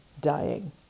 dying